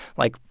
like,